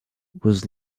was